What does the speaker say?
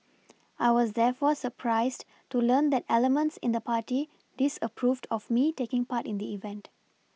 I was therefore surprised to learn that elements in the party disapproved of me taking part in the event